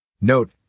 Note